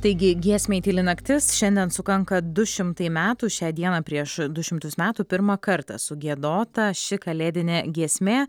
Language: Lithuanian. taigi giesmei tyli naktis šiandien sukanka du šimtai metų šią dieną prieš du šimtus metų pirmą kartą sugiedota ši kalėdinė giesmė